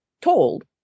told